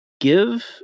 Give